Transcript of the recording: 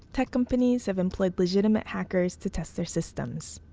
tech companies have employed legitimate hackers to test their systems.